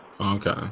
Okay